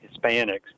Hispanics